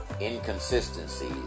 inconsistencies